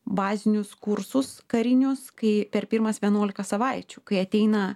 bazinius kursus karinius kai per pirmas vienuolika savaičių kai ateina